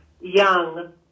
young